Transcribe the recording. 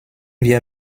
wir